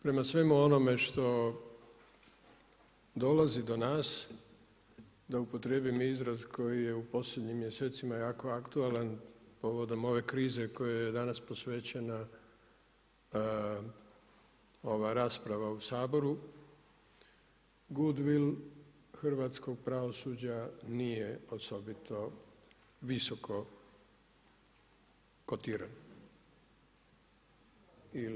Prema svemu onome što dolazi do nas da upotrijebim izraz koji je u posljednjim mjesecima jako aktualan povodom ove krize kojoj je danas posvećena ova rasprava u Saboru good. will hrvatskog pravosuđa nije osobito visoko kotira.